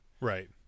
Right